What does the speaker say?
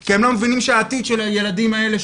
כי הם לא מבינים שהעתיד של הילדים האלה,